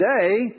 today